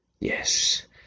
Yes